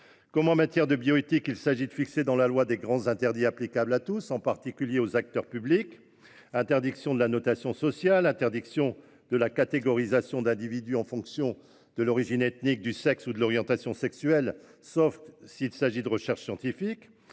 Comme en matière de bioéthique, il s'agit de fixer dans la loi de grands interdits applicables à tous, en particulier aux acteurs publics : interdiction de la notation sociale ; interdiction de la catégorisation d'individus en fonction de l'origine ethnique, du sexe ou de l'orientation sexuelle, sauf dans le cadre de la recherche scientifique